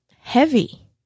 heavy